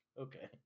okay